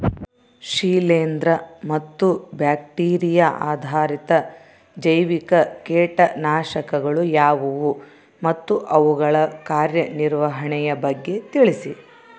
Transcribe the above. ಶಿಲೇಂದ್ರ ಮತ್ತು ಬ್ಯಾಕ್ಟಿರಿಯಾ ಆಧಾರಿತ ಜೈವಿಕ ಕೇಟನಾಶಕಗಳು ಯಾವುವು ಮತ್ತು ಅವುಗಳ ಕಾರ್ಯನಿರ್ವಹಣೆಯ ಬಗ್ಗೆ ತಿಳಿಸಿ?